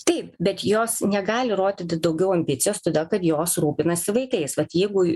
taip bet jos negali rodyti daugiau ambicijos todėl kad jos rūpinasi vaikais vat jeigu